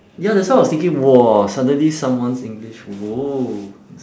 ya that's why I was thinking !wah! suddenly someone's english !whoa!